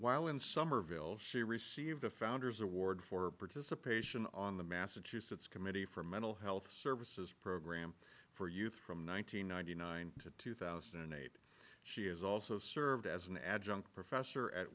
while in somerville she received the founders award for participation on the massachusetts committee for mental health services program for youth from one thousand nine hundred and ninety nine to two thousand and eight she has also served as an adjunct professor at